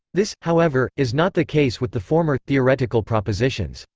this, however, is not the case with the former, theoretical propositions.